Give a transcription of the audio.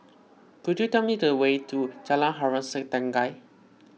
could you tell me the way to Jalan Harom Setangkai